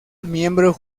miembro